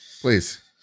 Please